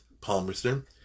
Palmerston